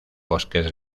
bosques